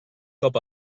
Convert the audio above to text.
cop